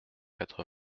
quatre